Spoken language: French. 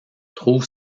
trouve